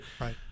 right